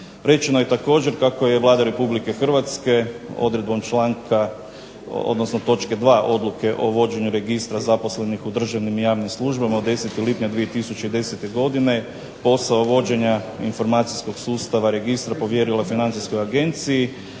Rečeno je također kako je Vlada Republike Hrvatske, odredbom članka, odnosno točke 2. odluke o vođenju registra zaposlenih u državnim i javnim službama od 10. lipnja 2010. godine, posao vođenja informacijskog sustava registra povjerila financijskoj agenciji,